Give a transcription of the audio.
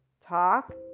talk